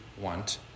want